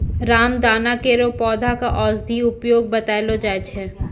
रामदाना केरो पौधा क औषधीय उपयोग बतैलो जाय छै